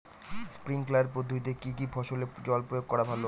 Sprinkler পদ্ধতিতে কি কী ফসলে জল প্রয়োগ করা ভালো?